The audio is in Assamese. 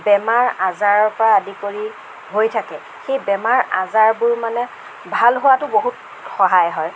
বেমাৰ আজাৰৰ পৰা আদি কৰি হৈ থাকে সেই বেমাৰ আজাৰবোৰ মানে ভাল হোৱাতো বহুত সহায় হয়